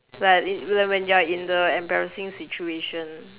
like it like when you are in the embarrassing situation